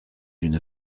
une